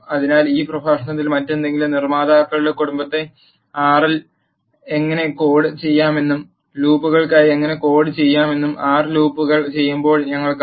അതിനാൽ ഈ പ്രഭാഷണത്തിൽ മറ്റെന്തെങ്കിലും നിർമ്മാതാക്കളുടെ കുടുംബത്തെ ആർ ൽ എങ്ങനെ കോഡ് ചെയ്യാമെന്നും ലൂപ്പുകൾക്കായി എങ്ങനെ കോഡ് ചെയ്യാമെന്നും ആർ ലൂപ്പുകൾ ചെയ്യുമ്പോഴും ഞങ്ങൾ കണ്ടു